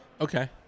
Okay